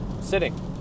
sitting